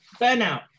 burnout